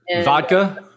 Vodka